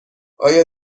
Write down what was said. آیا